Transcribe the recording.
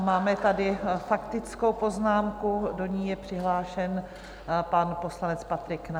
Máme tady faktickou poznámku, do ní je přihlášen pan poslanec Patrik Nacher.